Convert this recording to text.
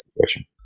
situation